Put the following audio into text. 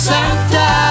Santa